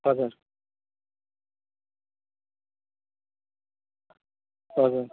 हजुर हजुर